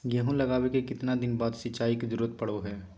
गेहूं लगावे के कितना दिन बाद सिंचाई के जरूरत पड़ो है?